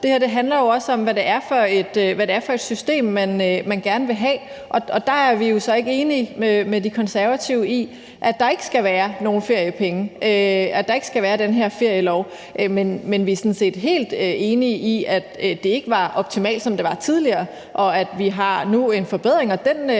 Det her handler jo også om, hvad det er for et system, man gerne vil have, og der er vi jo så ikke enige med De Konservative i, at der ikke skal være nogen feriepenge, at der ikke skal være den her ferielov. Men vi er sådan set helt enige i, at det ikke var optimalt, som det var tidligere, og at vi nu har en forbedring,